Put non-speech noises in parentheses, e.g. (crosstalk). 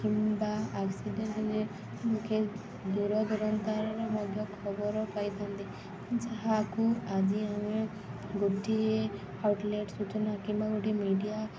କିମ୍ବା ଆକ୍ସିଡେଣ୍ଟ ହେଲେ ଲୋକେ ଦୂର ଦୂରାନ୍ତରରେ ମଧ୍ୟ ଖବର ପାଇଥାନ୍ତି ଯାହାକୁ ଆଜି ଆମେ ଗୋଟିଏ (unintelligible) ସୂଚନା କିମ୍ବା ଗୋଟିଏ ମିଡିଆ